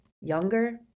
Younger